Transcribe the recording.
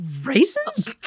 Raisins